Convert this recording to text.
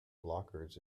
blockers